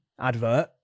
advert